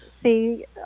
see